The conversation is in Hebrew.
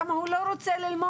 כמה הוא לא רוצה ללמוד,